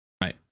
Right